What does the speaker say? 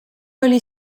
oli